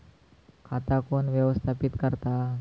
खाता कोण व्यवस्थापित करता?